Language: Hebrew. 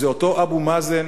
זה אותו אבו מאזן